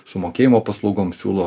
su mokėjimo paslaugom siūlo